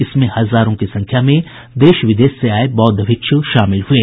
इसमें हजारों की संख्या में देश विदेश से आये बौद्ध भिक्षु शामिल हुये